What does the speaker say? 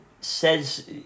says